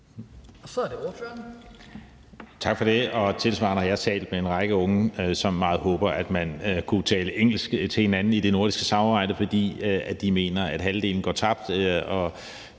Tak for det.